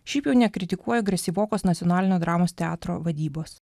šiaip jau nekritikuoju agresyvokos nacionalinio dramos teatro vadybos